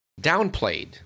downplayed